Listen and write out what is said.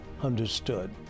understood